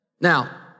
Now